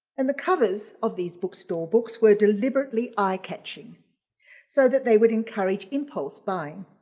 and the covers of these bookstore books were deliberately eye catching so that they would encourage impulse buying.